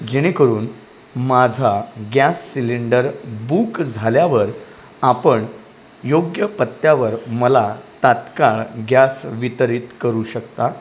जेणेकरून माझा gas cylinder book झाल्यावर आपण योग्य पत्त्यावर मला तात्काळ गॅस वितरित करू शकता